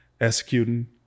executing